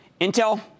Intel